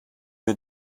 mir